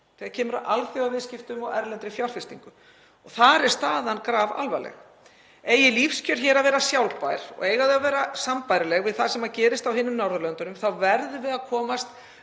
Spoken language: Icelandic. þegar kemur að alþjóðaviðskiptum og erlendri fjárfestingu. Þar er staðan grafalvarleg. Eigi lífskjör hér að vera sjálfbær og sambærileg við það sem gerist á hinum Norðurlöndunum, þá verðum við að komast